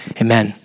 Amen